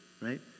Right